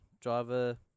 driver